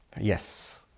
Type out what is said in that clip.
Yes